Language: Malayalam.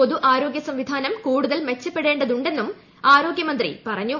പൊതു ആരോഗ്യ സംവിധാനം കൂടുതൽ മെച്ചപ്പെടണ്ടതുണ്ടെന്നും ആരോഗ്യമന്ത്രി പറഞ്ഞു